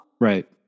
Right